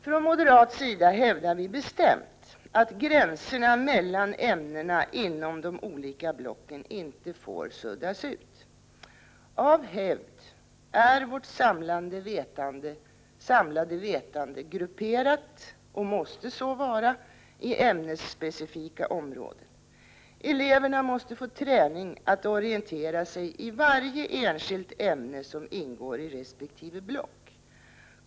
Från moderat sida hävdar vi bestämt att gränserna mellan ämnena inom de olika blocken inte får suddas ut. Av hävd är vårt samlade vetande grupperat — och måste så vara — i ämnesspecifika områden. Eleverna måste få träning att orientera sig i varje enskilt ämne som ingår i resp. block.